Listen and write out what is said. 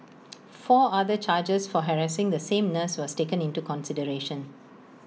four other charges for harassing the same nurse was taken into consideration